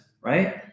right